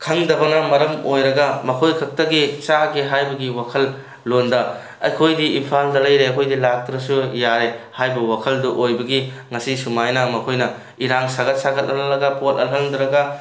ꯈꯪꯗꯕꯅ ꯃꯔꯝ ꯑꯣꯏꯔꯒ ꯃꯈꯣꯏꯈꯛꯇꯒꯤ ꯆꯥꯒꯦ ꯍꯥꯏꯕꯒꯤ ꯋꯥꯈꯜꯂꯣꯟꯗ ꯑꯩꯈꯣꯏꯗꯤ ꯏꯝꯐꯥꯜꯗ ꯂꯩꯔꯦ ꯑꯩꯈꯣꯏꯗꯤ ꯂꯥꯛꯇ꯭ꯔꯁꯨ ꯌꯥꯔꯦ ꯍꯥꯏꯕ ꯋꯥꯈꯜꯗꯨ ꯑꯣꯏꯕꯒꯤ ꯉꯁꯤ ꯁꯨꯃꯥꯏꯅ ꯃꯈꯣꯏꯅ ꯏꯔꯥꯡ ꯁꯥꯒꯠ ꯁꯥꯒꯠ ꯍꯜꯂꯒ ꯄꯣꯠ ꯂꯥꯜꯍꯟꯗ꯭ꯔꯒ